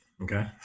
okay